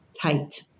tight